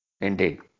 Indeed